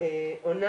עונה